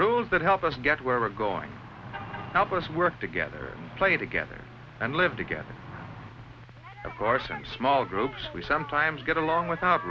rules that help us get where we're going help us work together play together and live together of course and small groups we sometimes get along without